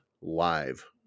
live